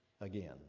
again